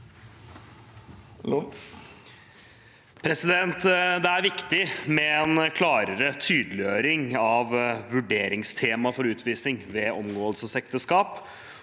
Det er viktig med en klarere tydeliggjøring av vurderingstema for utvisning ved omgåelsesekteskap,